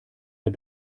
der